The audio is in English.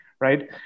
right